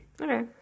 Okay